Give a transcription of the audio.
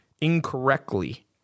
incorrectly